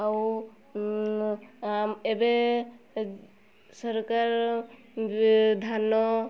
ଆଉ ଏବେ ସରକାର ଧାନ